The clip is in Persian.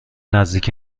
نزدیک